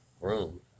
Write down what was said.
room